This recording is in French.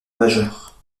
majeur